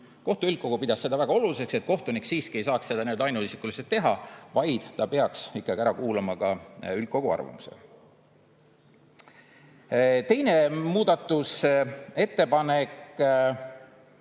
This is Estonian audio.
Kohtu üldkogu pidas seda väga oluliseks, et kohtunik siiski ei saaks seda nii-öelda ainuisikuliselt teha, vaid peaks ikkagi ära kuulama ka üldkogu arvamuse. Teine muudatusettepanek